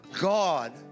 God